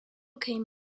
came